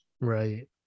Right